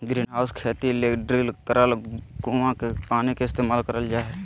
greenhouse खेती ले drill करल कुआँ के पानी के इस्तेमाल करल जा हय